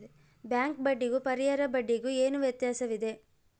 Bank ಬಡ್ಡಿಗೂ ಪರ್ಯಾಯ ಬಡ್ಡಿಗೆ ಏನು ವ್ಯತ್ಯಾಸವಿದೆ?